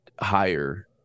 higher